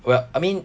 well I mean